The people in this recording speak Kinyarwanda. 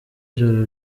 ijoro